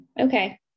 Okay